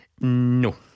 No